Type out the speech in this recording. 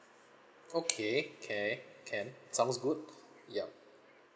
okay ca~ can sounds good yup